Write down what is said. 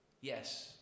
Yes